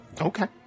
Okay